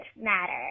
matter